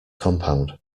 compound